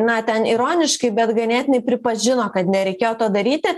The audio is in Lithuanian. na ten ironiškai bet ganėtinai pripažino kad nereikėjo to daryti